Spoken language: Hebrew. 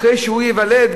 אחרי שהוא ייוולד,